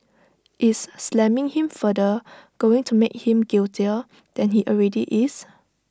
is slamming him further going to make him guiltier than he already is